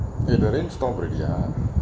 it didn't stop already ah